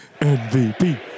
MVP